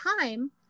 time